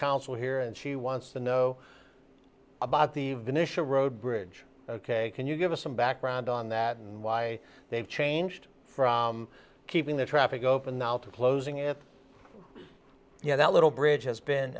council here and she wants to know about the initial road bridge ok can you give us some background on that and why they've changed from keeping the traffic open now to closing it you know that little bridge has